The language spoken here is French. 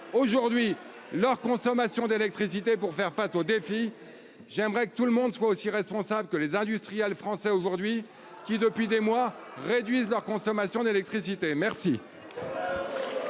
aujourd'hui leur consommation d'électricité pour faire face aux défis. J'aimerais que tout le monde soit aussi responsable que les industriels français aujourd'hui qui depuis des mois réduisent leur consommation d'électricité. Merci.